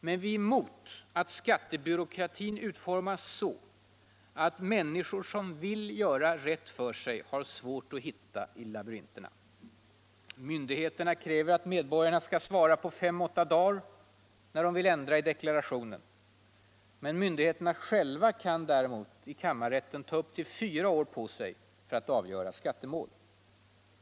Men vi är mot att skattebyråkratin utformas så att människor som vill göra rätt för sig har svårt att hitta i labyrinterna. Myndigheterna kräver att medborgarna skall svara på fem till åtta dagar när man vill ändra i deklarationen. Myndigheterna själva kan däremot i kammarrätten ta upp till fyra år på sig för att avgöra skattemål.